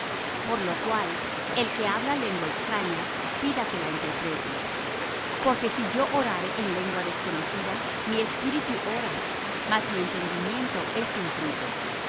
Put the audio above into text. por lo cual el que habla lengua extraña pida que la interprete porque si yo orare en lengua desconocida mi espíritu ora mas mi entendimiento es sin fruto